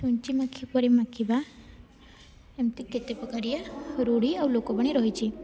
ଛୁଞ୍ଚି ମାଖି ପରି ମାଖିବା ଏମିତି କେତେ ପ୍ରକାରିଆ ରୂଢ଼ି ଆଉ ଲୋକବାଣୀ ରହିଛି